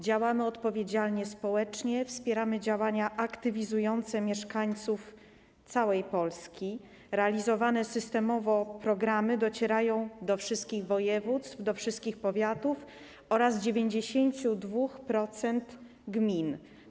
Działamy odpowiedzialnie społecznie, wspieramy działania aktywizujące mieszkańców całej Polski, realizowane systemowo programy docierają do wszystkich województw, do wszystkich powiatów oraz 92% gmin.